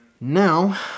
Now